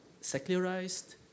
secularized